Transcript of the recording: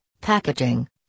packaging